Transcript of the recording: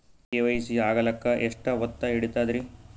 KYC ಆಗಲಕ್ಕ ಎಷ್ಟ ಹೊತ್ತ ಹಿಡತದ್ರಿ?